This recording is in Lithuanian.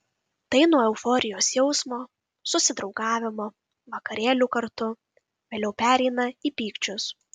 tai nuo euforijos jausmo susidraugavimo vakarėlių kartu vėliau pereina į pykčius